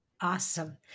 Awesome